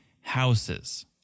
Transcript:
houses